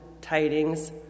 tidings